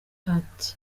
ati